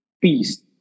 peace